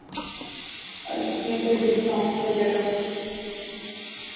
اور اس میں کوئی ڈسکاؤنٹ وغیرہ